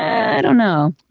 i don't know.